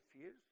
fears